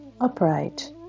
upright